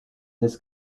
des